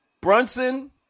Brunson